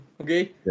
okay